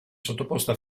sottoposta